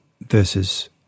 versus